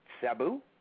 Sabu